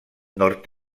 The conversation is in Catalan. nord